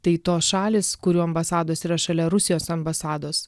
tai tos šalys kurių ambasados yra šalia rusijos ambasados